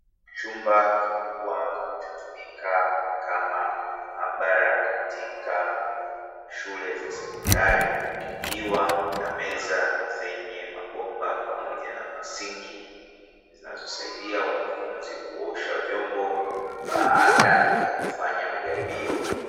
Chumba kikubwa kinachotumika kama maabara katika shule za sekondari, ikiwa na meza zenye mabomba pamoja na masinki zinazosaidia wanafunzi kuweza kuosha vyombo baada ya kufanya majaribio.